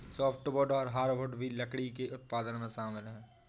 softwood और hardwood भी लकड़ी के उत्पादन में शामिल है